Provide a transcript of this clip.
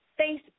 Facebook